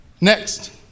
Next